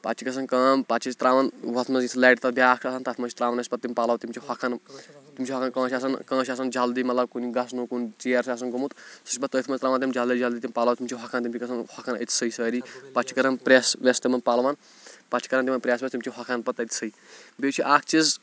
پَتہٕ چھِ گژھان کٲم پَتہٕ چھِ أسۍ ترٛاوَان ہُتھ منٛز یُس لَرِ تَتھ بیٛاکھ آسان تَتھ منٛز چھِ ترٛاوان أسۍ پَتہٕ تِم پَلَو تِم چھِ ہۄکھَان تِم چھِ ہۄکھَان کٲنٛسہِ آسان کٲنٛسہِ آسان جلدی مطلب کُنہِ گژھنُک کُن ژیر چھِ آسان گوٚمُت سُہ چھِ پَتہٕ تٔتھۍ منٛز ترٛاوان تِم جلدی جلدی تِم پَلَو تِم چھِ ہۄکھان تِم چھِ گژھان ہۄکھان أتھۍ سٕے سٲری پَتہٕ چھِ کَران پرٛٮ۪س وٮ۪س تِمَن پَلوَن پَتہٕ چھِ کَران تِمَن پرٛٮ۪س وٮ۪س تِم چھِ ہۄکھان پَتہٕ تٔتۍ سٕے بیٚیہِ چھِ اَکھ چیٖز